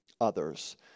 others